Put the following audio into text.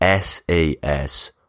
SAS